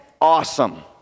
awesome